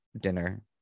dinner